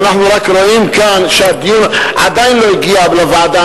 ואנחנו רק רואים כאן שהדיון עדיין לא הגיע לוועדה,